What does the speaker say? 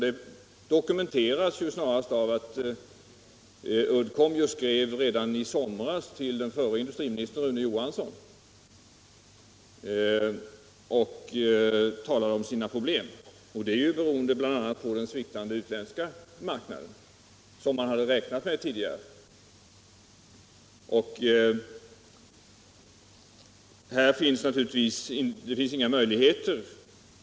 Det dokumenteras av att Uddcomb redan i somras skrev till den förre industriministern, Rune Johansson, om sina problem. De beror bl.a. på den sviktande utländska marknaden, som man tidigare hade räknat med.